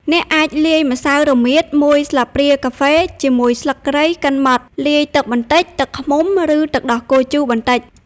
អ្នកអាចលាយម្សៅរមៀតមួយស្លាបព្រាកាហ្វេជាមួយស្លឹកគ្រៃកិនម៉ដ្ឋ លាយទឹកបន្តិច ទឹកឃ្មុំ ឬទឹកដោះគោជូរបន្តិច។